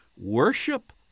Worship